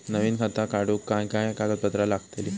नवीन खाता काढूक काय काय कागदपत्रा लागतली?